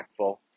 impactful